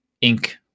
ink